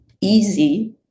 easy